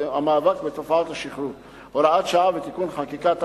המאבק בתופעת השכרות (הוראת שעה ותיקון חקיקה),